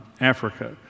Africa